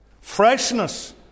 freshness